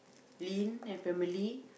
Lin and family